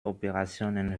operationen